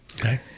Okay